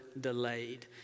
delayed